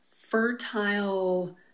fertile